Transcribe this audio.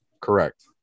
Correct